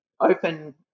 open